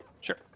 Sure